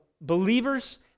believers